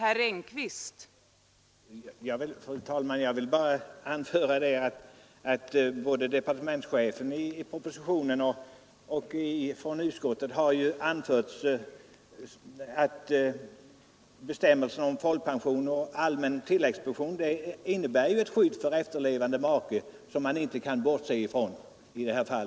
Fru talman! Jag vill bara anföra att det både från departementschefen i propositionen och från utskottet anförts att bestämmelserna om folkpension och allmän tilläggspension innebär ett skydd för efterlevande make. Det kan man inte bortse ifrån i detta fall.